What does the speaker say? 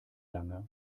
lange